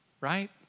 right